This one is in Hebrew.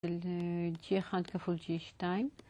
and ג'י אחד כפול ג'י שתיים